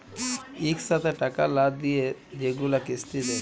ইকসাথে টাকা লা দিঁয়ে যেগুলা কিস্তি দেয়